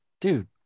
dude